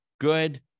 good